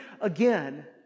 again